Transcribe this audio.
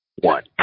one